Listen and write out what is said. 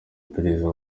iperereza